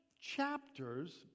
chapters